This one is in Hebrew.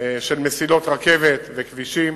של מסילות רכבת וכבישים.